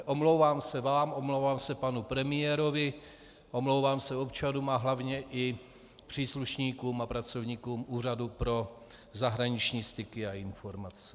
Omlouvám se vám, omlouvám se panu premiérovi, omlouvám se občanům a hlavně i příslušníkům a pracovníkům Úřadu pro zahraniční styky a informace.